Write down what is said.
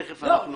תכף אנחנו נגיע.